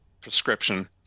prescription